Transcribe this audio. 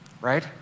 right